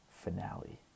finale